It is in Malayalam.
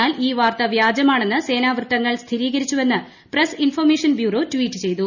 എന്നാൽ ഈ വാർത്ത വ്യാജമാണെന്ന് സേനാ വൃത്തങ്ങൾ സ്ഥിരീകരിച്ചുവെന്ന് പ്രസ് ഇൻഫർമേഷൻ ബ്യൂറോ ട്വീറ്റ് ചെയ്തു